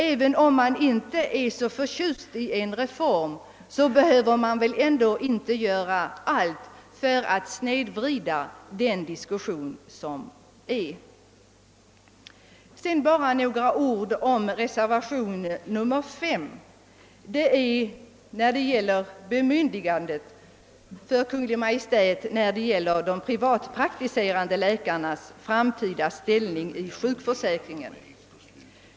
även om man inte är så entusiastisk för en reform, behöver man väl ändå inte göra allt för att snedvrida diskussionen om den. Sedan bara några ord om reservationen 5, som gäller de privatpraktiserande läkarnas framtida ställning i sjukförsäkringen. Man är inte beredd att ge Kungl. Maj:t den begärda befogenheten.